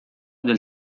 del